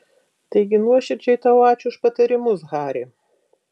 taigi nuoširdžiai tau ačiū už patarimus hari